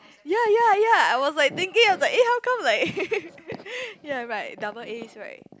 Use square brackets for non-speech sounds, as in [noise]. ya ya ya I was like thinking I was like eh how come like [laughs] ya like double As right